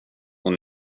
och